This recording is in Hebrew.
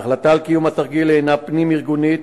ההחלטה על קיום התרגיל הינה פנים-ארגונית,